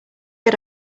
get